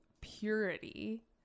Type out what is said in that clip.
purity